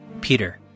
Peter